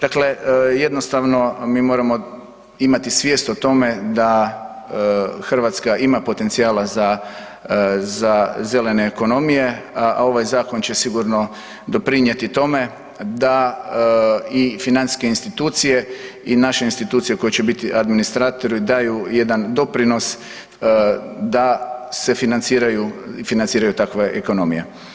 Dakle jednostavno mi moramo imati svijest o tome da Hrvatska ima potencijala za zelene ekonomije, a ovaj zakon će sigurno doprinijeti tome da i financijske institucije i naše institucije koje će biti administratori daju jedan doprinos da se financiraju takve ekonomije.